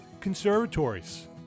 Conservatories